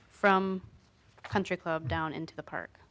from country club down into the park